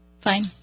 Fine